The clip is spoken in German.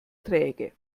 träge